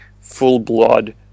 full-blood